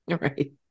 Right